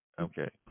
Okay